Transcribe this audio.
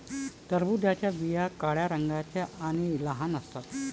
टरबूजाच्या बिया काळ्या रंगाच्या आणि लहान असतात